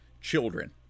children